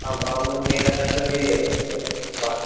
आम् अहं संहिताशास्त्रमध्ये प्रक्षिप्त्वान्